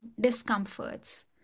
discomforts